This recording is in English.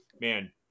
man